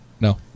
No